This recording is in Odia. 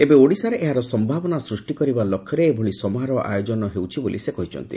ଏବେ ଓଡ଼ିଶାରେ ଏହାର ସମ୍ଭାବନା ସୃଷି କରିବା ଲକ୍ଷ୍ୟରେ ଏଭଳି ସମାରୋହ ଆୟୋଜନ ହେଉଛି ବୋଲି ସେ କହିଛନ୍ତି